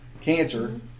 cancer